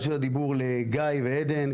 את רשות הדיבור לגיא ועדן,